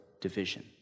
division